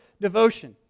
devotion